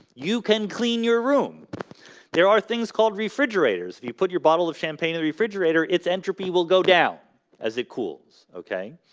you can clean your room there are things called refrigerators if you put your bottle of champagne in the refrigerator its entropy will go down as it cools, okay?